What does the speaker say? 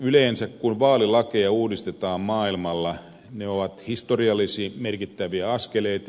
yleensä kun vaalilakeja uudistetaan maailmalla ne ovat historiallisesti merkittäviä askeleita